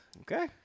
Okay